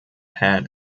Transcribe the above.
had